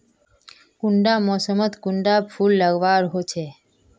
कुंडा मोसमोत कुंडा फुल लगवार होछै?